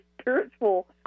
spiritual